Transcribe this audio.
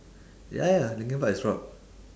ya ya linkin park is rock